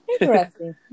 Interesting